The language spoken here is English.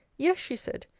yes she said,